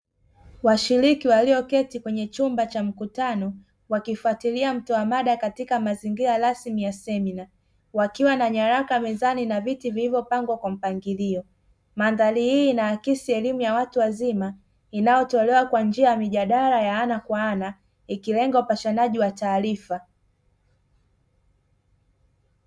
Washiriki walioketi kwenye chumba cha mkutano wakifatilia mtoa mada katika mazingira rasmi ya semina, wakiwa na nyaraka mezani na viti vilivyopangwa kwa mpangilio; mandhari hii inaaksi elimu ya watu wazima inayotolewa kwa njia ya mijadala ya ana kwa ana, ikilenga upashanaji wa taarifa.